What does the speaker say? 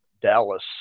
Dallas